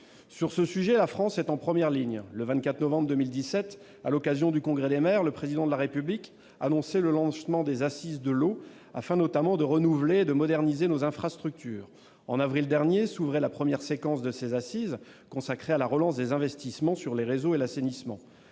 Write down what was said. Sur ce sujet, la France est en première ligne. Le 24 novembre dernier, à l'occasion du congrès des maires, le Président de la République annonçait le lancement des assises de l'eau, afin notamment de renouveler et de moderniser nos infrastructures. En avril dernier s'ouvrait la première séquence de ces assises, consacrée à la relance des investissements sur les réseaux et l'assainissement.